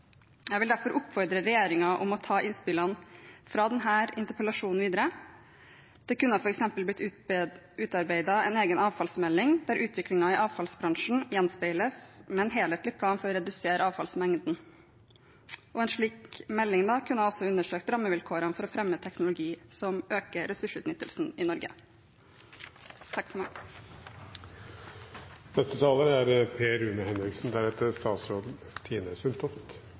videre. Det kunne f.eks. blitt utarbeidet en egen avfallsmelding, der utviklingen i avfallsbransjen gjenspeiles med en helhetlig plan for å redusere avfallsmengden. En slik melding kunne også undersøkt rammevilkårene for å fremme teknologi som øker ressursutnyttelsen i Norge.